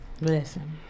listen